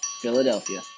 Philadelphia